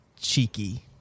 Cheeky